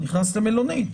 נכנס למלונית.